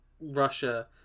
Russia